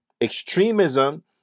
extremism